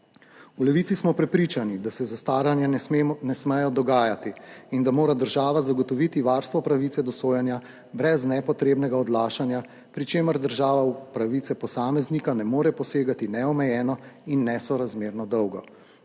V Levici smo prepričani, da se zastaranja ne smejo dogajati in da mora država zagotoviti varstvo pravice do sojenja brez nepotrebnega odlašanja, pri čemer država v pravice posameznika ne more posegati neomejeno in nesorazmerno dolgo.